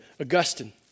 Augustine